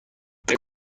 فکر